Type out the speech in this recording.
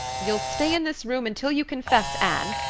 you'll stay in this room until you confess, anne.